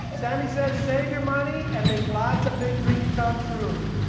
ah sammy says save your money and make lots of big dreams come true.